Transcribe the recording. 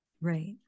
right